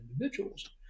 individuals